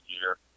year